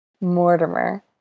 Mortimer